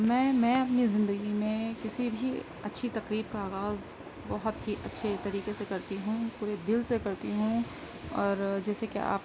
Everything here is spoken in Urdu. میں میں اپنی زندگی میں کسی بھی اچھی تقریب کا آغاز بہت ہی اچھے طریقے سے کرتی ہوں پورے دل سے کرتی ہوں اور جیسے کہ آپ